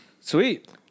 Sweet